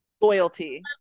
loyalty